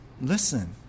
listen